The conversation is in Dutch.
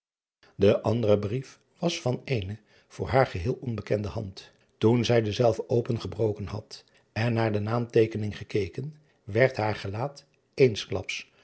e andere brief was van eene voor haar geheel onbekende hand oen zij denzelven opengebroken had en naar de naamtekening gekeken werd haar gelaat